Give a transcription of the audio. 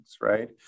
right